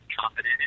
confident